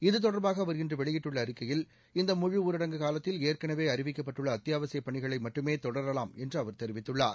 இத்தொடர்பாக அவர் இன்று வெளியிட்டுள்ள அறிக்கையில் இந்த முழு ஊரடங்கு காலத்தில் ஏற்கனவே அறிவிக்கப்பட்டுள்ள அத்தியாவசியப் பணிகளை மட்டுமே தொடரலாம் என்று அவர் தெரிவித்துள்ளார்